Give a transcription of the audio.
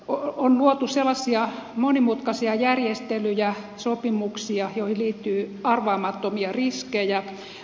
on luotu sellaisia monimutkaisia järjestelyjä sopimuksia joihin liittyy arvaamattomia riskejä